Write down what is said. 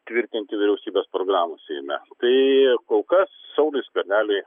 tvirtinti vyriausybės programos seime tai kol kas sauliui skverneliui